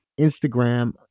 Instagram